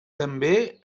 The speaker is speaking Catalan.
també